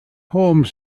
home